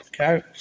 okay